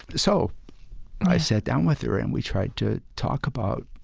so i sat down with her and we tried to talk about